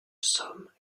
somme